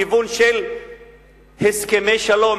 לכיוון של הסכמי שלום,